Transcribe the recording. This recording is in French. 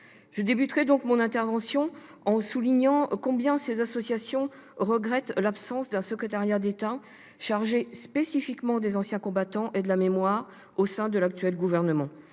Je débuterai mon intervention en soulignant combien ces associations regrettent l'absence d'un secrétariat d'État chargé spécifiquement des anciens combattants et de la mémoire au sein de l'actuel gouvernement.